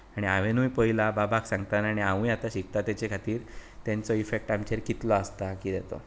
आनी हांवेंनूय पळयलां बाबा सांगतना आनी हांवूय आतां शिकतां ताचे खातीर तांचो इफेक्ट आमचेर कितलो आसता कितें तो